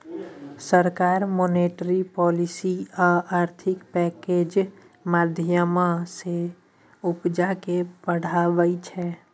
सरकार monetary policy आ आर्थिक पैकैजक माध्यमँ सँ उपजा केँ बढ़ाबै छै